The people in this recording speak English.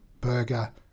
burger